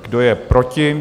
Kdo je proti?